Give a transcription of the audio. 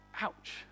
Ouch